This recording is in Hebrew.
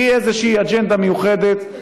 בלי איזושהי אג'נדה מיוחדת.